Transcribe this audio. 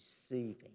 deceiving